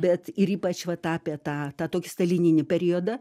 bet ir ypač va tapė tą tą tokį stalininį periodą